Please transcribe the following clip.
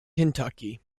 kentucky